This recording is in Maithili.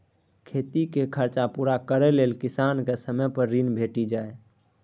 खेतीक खरचा पुरा करय लेल किसान केँ समय पर ऋण भेटि जाइए